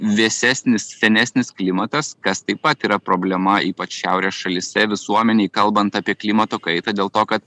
vėsesnis senesnis klimatas kas taip pat yra problema ypač šiaurės šalyse visuomenėj kalbant apie klimato kaitą dėl to kad